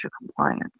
compliance